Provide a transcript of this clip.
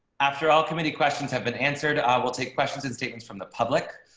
after all committee questions have been answered, i will take questions is taken from the public.